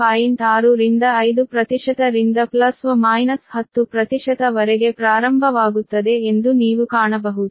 6 ರಿಂದ 5 ರಿಂದ ± 10 ವರೆಗೆ ಪ್ರಾರಂಭವಾಗುತ್ತದೆ ಎಂದು ನೀವು ಕಾಣಬಹುದು